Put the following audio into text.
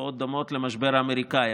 מתופעות דומות למשבר האמריקני,